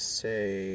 say